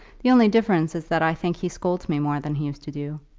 the only difference is that i think he scolds me more than he used to do.